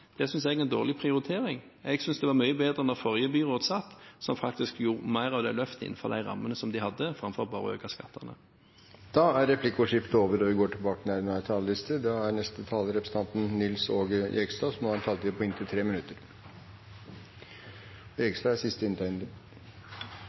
Det synes jeg er en dårlig prioritering. Jeg synes det var mye bedre da forrige byråd satt, som gjorde mer av dette løftet innenfor de rammene som de hadde, framfor bare å øke skattene. Replikkordskiftet er omme. De talere som heretter får ordet, har en taletid på inntil 3 minutter. Jeg prøvde å legge an en